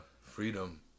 freedom